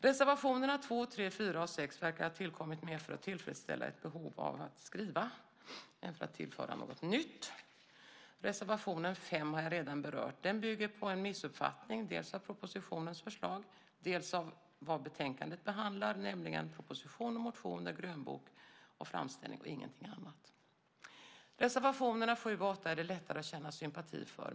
Reservationerna 2, 3, 4 och 6 verkar ha tillkommit mer för att tillfredsställa ett behov av att skriva än för att tillföra något nytt. Reservation 5 har jag redan berört. Den bygger på en missuppfattning, dels av propositionens förslag, dels av vad betänkandet behandlar, nämligen proposition, motioner, grönbok och framställning och ingenting annat. Reservationerna 7 och 8 är det lättare att känna sympati för.